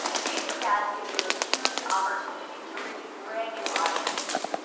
facebook ads give you a huge opportunity to reach brand new audiences.